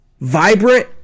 vibrant